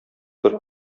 бер